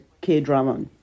K-drama